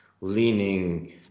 leaning